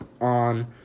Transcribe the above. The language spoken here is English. on